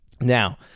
Now